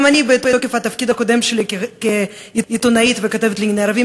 גם אני בתוקף התפקיד הקודם שלי כעיתונאית וכתבת לענייני ערבים,